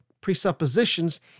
presuppositions